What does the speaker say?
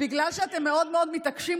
בגלל שאתם מאוד מאוד מתעקשים,